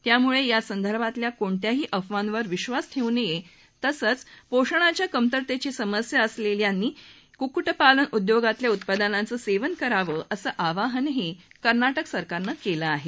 त्यामुळे या संदर्भातल्या कोणत्याही अफवांवर विश्वास ठेवू नये तसंच पोषणाच्या कमतरतेची समस्या असलेल्यांनी कुक्कुटपालन उद्योगांतल्या उत्पादनांचं सेवन करावं असं आवाहनही कर्नाटक सरकारनं केलं आहे